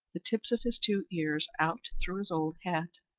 the tips of his two ears out through his old hat,